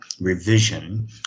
revision